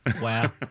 wow